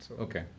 Okay